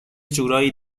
جورایی